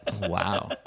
Wow